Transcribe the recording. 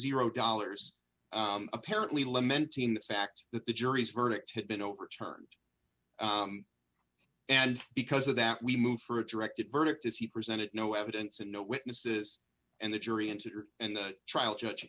zero dollars apparently lamenting the fact that the jury's verdict had been overturned and because of that we move for a directed verdict as he presented no evidence and no witnesses and the jury entered and the trial judge